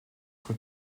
être